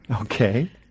Okay